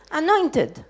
anointed